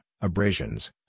abrasions